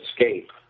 escape